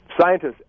Scientists